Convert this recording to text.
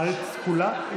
המעלית תקולה?